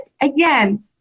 again